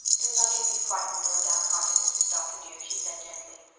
do not you be frightened or downhearted, mrs. dr. dear she said gently.